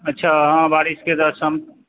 अच्छा हँ बारिशकेँ तऽ सम